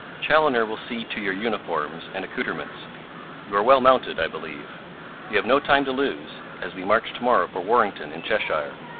chaloner will see to your uniforms and accouterments you are well mounted, i believe you have no time to lose, as we march to-morrow for warrington, in cheshire.